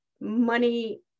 money